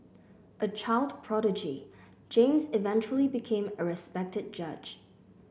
a child prodigy James eventually became a respected judge